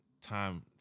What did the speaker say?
time